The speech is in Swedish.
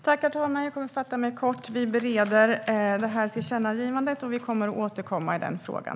Herr talman! Jag kommer att fatta mig kort: Vi bereder tillkännagivandet och vi kommer att återkomma i den frågan.